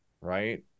right